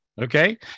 Okay